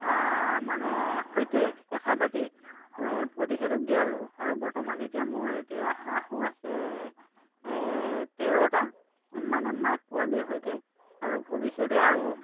মানে সৈতে কথা পাতি প্ৰতিষেধক দিয়ালোঁ আৰু বৰ্তমান এতিয়া মোৰ এতিয়া হাঁহো আছে তেৰটা মানে মাক পোৱালি সৈতে আৰু ভৱিষ্যতে আৰু